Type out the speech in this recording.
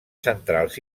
centrals